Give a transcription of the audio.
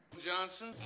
Johnson